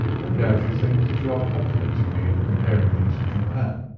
no doubt you think that you are complimenting me in comparing me to dupin,